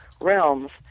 realms